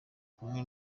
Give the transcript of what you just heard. kumwe